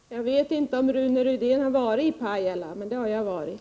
Herr talman! Jag vet inte om Rune Rydén har varit i Pajala, men det har jag varit.